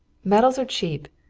medals are cheap.